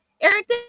Eric